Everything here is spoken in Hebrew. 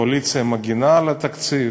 והקואליציה מגינה על התקציב.